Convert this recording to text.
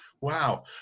Wow